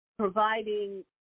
providing